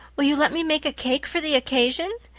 will you let me make a cake for the occasion?